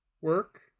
work